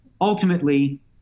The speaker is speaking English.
ultimately